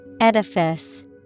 Edifice